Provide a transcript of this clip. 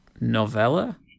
novella